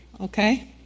okay